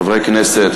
חברי חברי הכנסת,